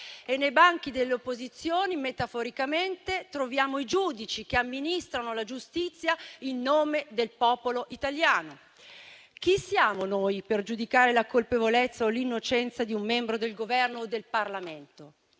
e nei banchi delle opposizioni metaforicamente troviamo i giudici che amministrano la giustizia in nome del popolo italiano. Chi siamo noi per giudicare la colpevolezza o l'innocenza di un membro del Governo o del Parlamento?